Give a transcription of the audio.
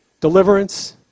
deliverance